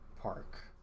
park